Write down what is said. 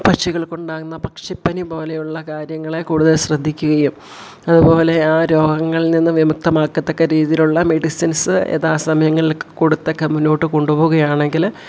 പക്ഷികൾക്ക് ഉണ്ടാകുന്ന പക്ഷിപ്പനി പോലെയുള്ള കാര്യങ്ങളെ കൂടുതൽ ശ്രദ്ധിക്കുകയും അതുപോലെ ആ രോഗങ്ങളിൽ നിന്ന് വിമുക്തമാക്കത്തക്ക രീതിയിലുള്ള മെഡിസിൻസ് യഥാ സമയങ്ങളിലൊക്കെ കൊടുത്തൊക്കെ മുന്നോട്ട് കൊണ്ടുപോവുകയാണെങ്കിൽ